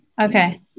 okay